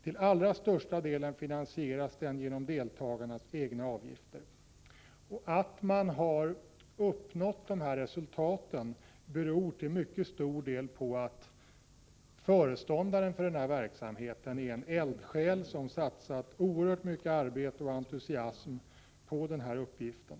Till allra största delen finansieras den genom deltagarnas egna avgifter. Att man har uppnått dessa goda resultat beror till mycket stor del på att föreståndaren är en eldsjäl som satsat oerhört mycket arbete och entusiasm på uppgiften.